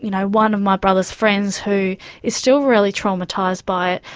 you know one of my brother's friends who is still really traumatised by it,